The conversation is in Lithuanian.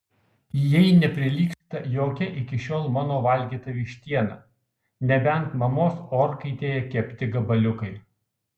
jai neprilygsta jokia iki šiol mano valgyta vištiena nebent mamos orkaitėje kepti gabaliukai